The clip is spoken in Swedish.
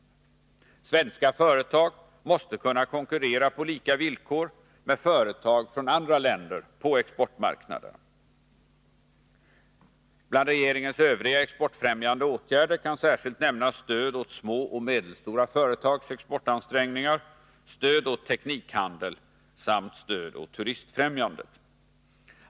Svenska företag måste kunna konkurrera på lika villkor med företag från andra länder på exportmarknaderna. Bland regeringens övriga exportfrämjande åtgärder kan särskilt nämnas stöd åt små och medelstora företags exportansträngningar, stöd åt teknikhandel samt stöd åt turistfrämjandet.